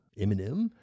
Eminem